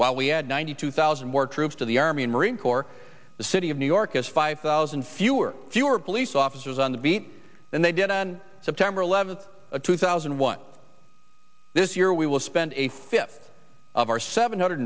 while we had ninety two thousand more troops to the army and marine corps the city of new york is five thousand fewer fewer police officers on the beat and they did on september eleventh two thousand and one this year we will spend a fifth of our seven hundred